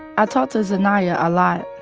i talk to zainaya a lot,